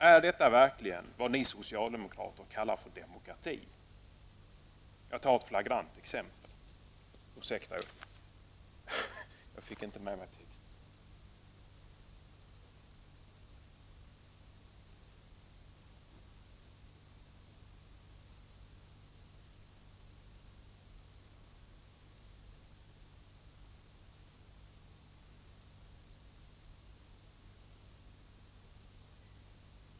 Är det verkligen vad ni socialdemokrater kallar för demokrati?